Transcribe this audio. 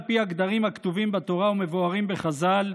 פי הגדרים הכתובים בתורה ומבוארים בחז"ל,